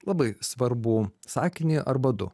labai svarbų sakinį arba du